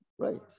Right